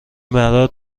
برات